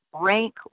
rank